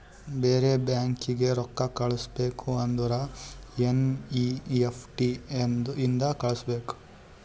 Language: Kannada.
ಬೇರೆ ಬ್ಯಾಂಕೀಗಿ ರೊಕ್ಕಾ ಕಳಸ್ಬೇಕ್ ಅಂದುರ್ ಎನ್ ಈ ಎಫ್ ಟಿ ಇಂದ ಕಳುಸ್ಬೋದು